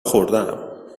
خوردهام